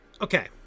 Okay